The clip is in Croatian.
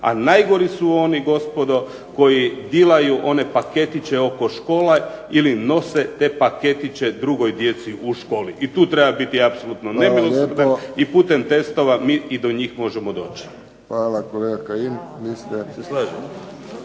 a najgori su oni gospodo koji dilaju one paketiće oko škola ili nose te paketiće drugoj djeci u školi. I tu treba biti apsolutno nemilosrdan… **Friščić, Josip (HSS)** Hvala lijepo.